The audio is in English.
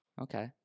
Okay